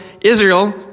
Israel